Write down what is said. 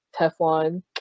teflon